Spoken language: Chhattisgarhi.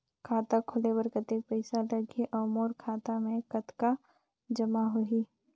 खाता खोले बर कतेक पइसा लगही? अउ मोर खाता मे कतका जमा होही?